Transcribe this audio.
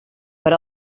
per